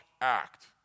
act